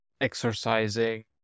exercising